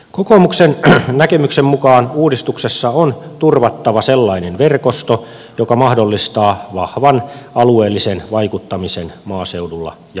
kokoomuksen näkemyksen mukaan uudistuksessa on turvattava sellainen verkosto joka mahdollistaa vahvan alueellisen vaikuttamisen maaseudulla ja maakunnissa